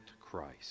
Christ